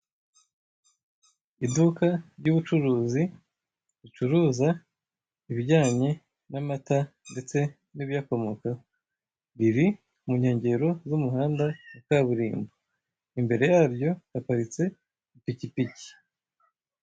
Iduka rya ubucuruzi ricuruza ibijyanye na amata ndetse na ibiyakomokaho, riri mu nkengero za umuhanda wa kaburimbo, imbere yaryo haparitse ipikipiki.